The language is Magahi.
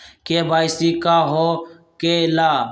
के.वाई.सी का हो के ला?